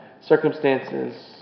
circumstances